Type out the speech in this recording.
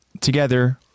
together